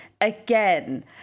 again